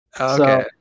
Okay